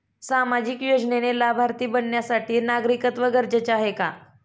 सामाजिक योजनेचे लाभार्थी बनण्यासाठी नागरिकत्व गरजेचे आहे का?